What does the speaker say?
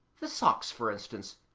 the socks, for instance,